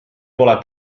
pole